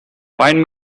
find